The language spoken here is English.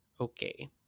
okay